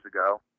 ago